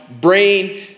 brain